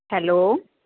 hello